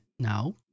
Now